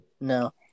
No